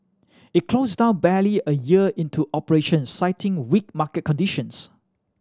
it closed down barely a year into operations citing weak market conditions